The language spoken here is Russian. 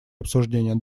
обсуждение